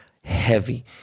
heavy